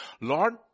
Lord